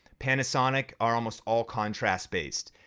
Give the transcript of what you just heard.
panasonic are almost all contrast based.